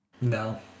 No